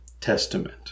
Testament